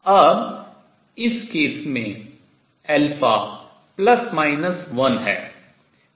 अब इस केस में α ±1 है